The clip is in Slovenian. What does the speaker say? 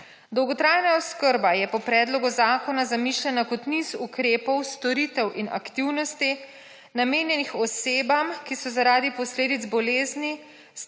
Dolgotrajna oskrba je po predlogu zakona zamišljena kot niz ukrepov storitev in aktivnosti namenjenih osebam, ki so, zaradi posledic bolezni,